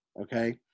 okay